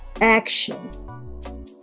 action